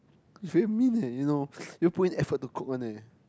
it's very mean eh you know you don't put in effort to cook one eh